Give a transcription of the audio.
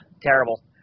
terrible